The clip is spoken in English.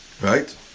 Right